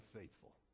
faithful